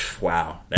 Wow